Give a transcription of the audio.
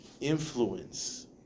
influence